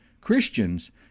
Christians